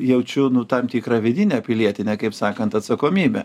jaučiu nu tam tikrą vidinę pilietinę kaip sakant atsakomybę